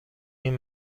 این